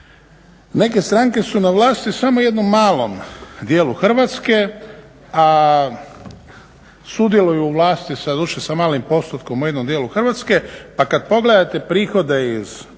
Neke stranke su na vlasti samo u jednom malom dijelu Hrvatske, a sudjeluju u vlasti doduše sa malim postotkom u jednom dijelu Hrvatske pa kada pogledate prihode iz proračuna